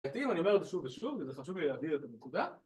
אני אומר את זה שוב ושוב, וזה חשוב לי להבהיר את הנקודה.